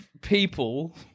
people